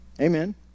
Amen